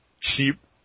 cheap